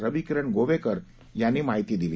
रविकिरण गोवेकर यांनी माहिती दिली